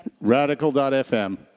Radical.fm